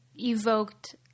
evoked